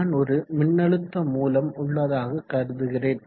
நான் ஒரு மின்னழுத்த மூலம் உள்ளதாக கருதுகிறேன்